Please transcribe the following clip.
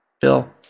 bill